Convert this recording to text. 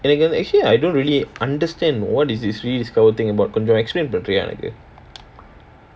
and then actually I don't really understand what is this Rediscover thing about கொஞ்சம்:konjam explain பண்றியா எனக்கு:pandriyaa enakku